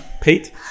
Pete